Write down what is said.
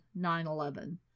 9-11